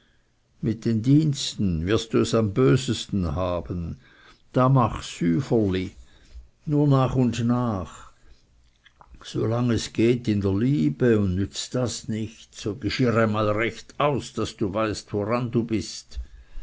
mit den diensten wirst du es am bösten haben da mach süferli nur nach und nach solang es geht in der liebe und nützt das nicht so gschirr einmal recht aus daß du weißt woran du bist